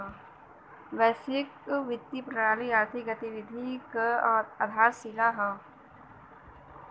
वैश्विक वित्तीय प्रणाली आर्थिक गतिविधि क आधारशिला हौ